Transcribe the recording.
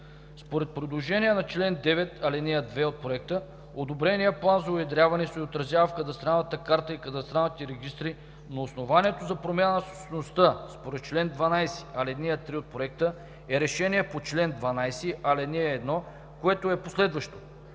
Според предложения чл. 9, ал. 2 от Проекта одобреният план за уедряване се отразява в кадастралната карта и кадастралните регистри, но основанието за промяна на собствеността според чл. 12, ал. 3 от Проекта е решението по чл. 12, ал. 1, което е последващо.